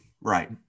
Right